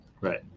Right